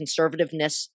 conservativeness